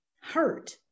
hurt